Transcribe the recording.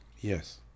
Yes